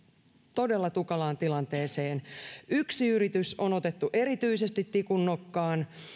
todella tukalaan tilanteeseen yksi yritys on otettu erityisesti tikun nokkaan